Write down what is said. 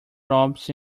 robes